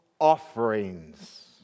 offerings